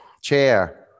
chair